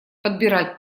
подбирать